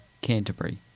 Canterbury